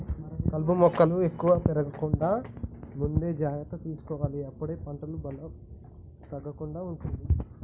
కలుపు మొక్కలు ఎక్కువ పెరగకుండా ముందే జాగ్రత్త తీసుకోవాలె అప్పుడే పంటకు బలం తగ్గకుండా ఉంటది